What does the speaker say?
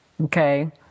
Okay